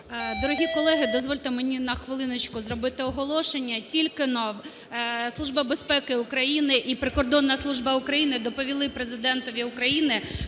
Дорогі колеги! Дозвольте мені на хвилиночку зробити оголошення. Тільки-но Служба безпеки України і Прикордонна служба України доповіли Президентові України,